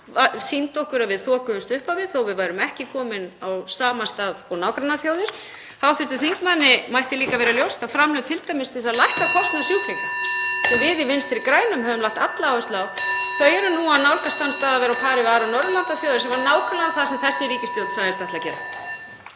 sýndi okkur að við þokumst upp á við þótt við værum ekki komin á sama stað og nágrannaþjóðir. Hv. þingmanni mætti líka vera ljóst að framlög, (Forseti hringir.) t.d. til að lækka kostnað sjúklinga sem við í Vinstri grænum höfum lagt alla áherslu á, eru nú að nálgast þann stað að vera á pari við aðrar Norðurlandaþjóðir, sem var nákvæmlega það sem þessi ríkisstjórn sagðist ætla að gera.